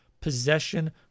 possession